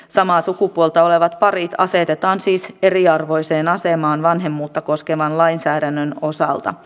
samaa sukupuolta olevat parit asetetaan siis eriarvoiseen asemaan vanhemmuutta koskevan lainsäädännön osalta